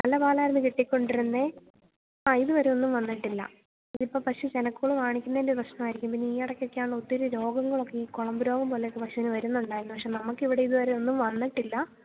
നല്ല പാലായിരുന്നു കിട്ടിക്കൊണ്ടിരുന്നത് ആ ഇതുവരെയൊന്നും വന്നിട്ടില്ല ഇതിപ്പം പശു ചെനക്കോള് കാണിക്കുന്നതിൻ്റെ പ്രശ്നമായിരിക്കും പിന്നെ ഈയിടയ്ക്കൊക്കെ ഒത്തിരി രോഗങ്ങളൊക്കെ ഈ കൊളമ്പ് രോഗം പോലെയൊക്കെ പശുവിന് വരുന്നുണ്ടായിരുന്നു പക്ഷേ നമുക്ക് ഇതുവരെയും ഇവിടെയൊന്നും വന്നിട്ടില്ല